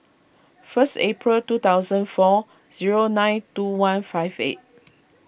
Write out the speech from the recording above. first April two thousand four zero nine two one five eight